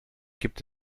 gibt